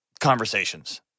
conversations